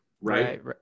Right